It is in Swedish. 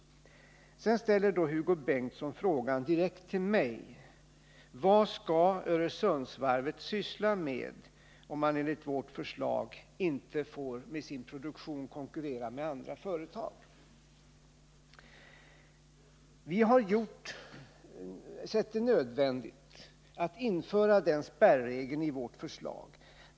Hugo Bengtsson ställer en fråga direkt till mig: Vad skall Öresundsvarvet syssla med om det, enligt förslaget, med sin produktion inte får konkurrera med andra företag? Vi har ansett det nödvändigt att införa den spärregeln i vårt förslag.